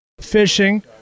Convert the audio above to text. fishing